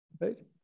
right